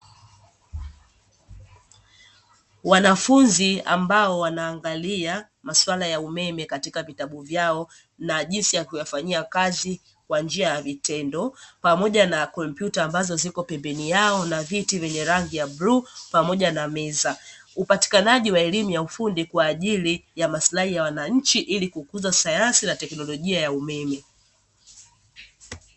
Wanafunzi ambao wanaangalia masuala ya umeme katika vitabu vyao na jinsi ya kuyafanyia kazi kwa njia ya vitendo pamoja na kompyuta, ambazo ziko pembeni yao na viti vyenye rangi ya blue pamoja na meza. Upatikanaji wa elimu ya ufundi kwa ajili ya maslahi ya wananchi ili kukuza sayansi na teknolojia ya umeme.